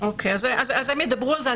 הם ידברו על זה,